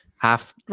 Half